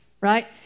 Right